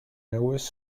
newest